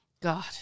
God